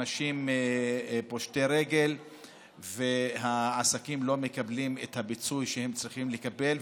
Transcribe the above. אנשים פושטי רגל והעסקים לא מקבלים את הפיצוי שהם צריכים לקבל,